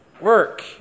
work